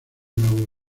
nuevo